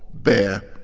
bare,